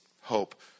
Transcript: hope